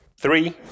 Three